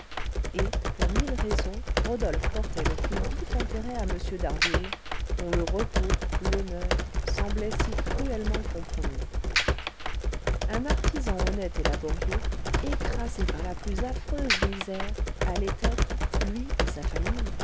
et pour mille raisons rodolphe portait le plus vif intérêt à m d'harville dont le repos l'honneur semblaient si cruellement compromis un artisan honnête et laborieux écrasé par la plus affreuse misère allait être lui et sa famille